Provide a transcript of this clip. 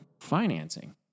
financing